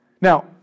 Now